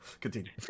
continue